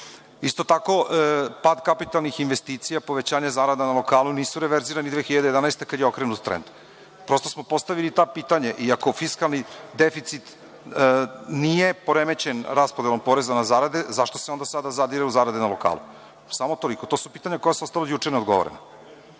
tako pad kapitalnih investicija, povećanje zarada na lokalu nisu reverzirani 2011. godine kada je okrenut trend. Prosto smo postavili ta pitanja iako fiskalni deficit nije poremećen raspodelom poreza na zarade, zašto se onda sada zadire u zarade na lokalu. Samo toliko, to su pitanja koja su ostala od juče nedogovorena.